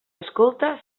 escolta